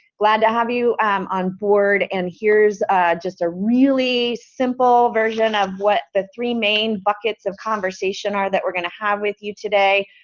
glad to have you on board and here's just a really simple version of what the three main buckets of conversation are that we're going to have with you today.